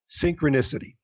synchronicity